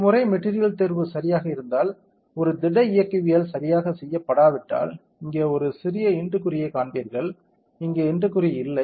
ஒருமுறை மெட்டீரியல் தேர்வு சரியாக இருந்தால் ஒரு திட இயக்கவியல் சரியாகச் செய்யப்படாவிட்டால் இங்கே ஒரு இன்டு குறியை காண்பீர்கள் இங்கே இன்டு குறி இல்லை